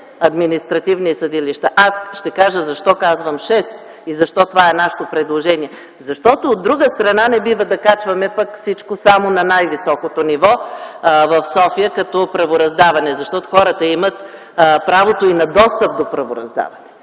административни съдилища. Аз ще кажа защо казвам шест и защо това е нашето предложение. Защото от друга страна не бива да качваме всичко само на най-високото ниво в София като правораздаване. Защото хората имат и правото и на достъп до правораздаването.